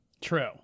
true